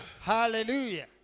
Hallelujah